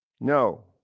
no